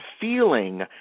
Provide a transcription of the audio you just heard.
feeling